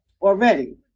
already